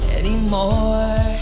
anymore